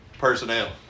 Personnel